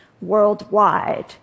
worldwide